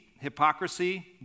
hypocrisy